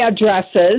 addresses